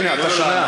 הנה, אתה שומע?